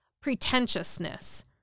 pretentiousness